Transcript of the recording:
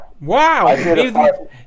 Wow